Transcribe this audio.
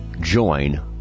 join